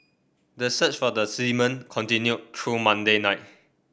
the search for the seamen continued through Monday night